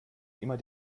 immer